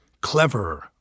cleverer